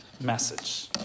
message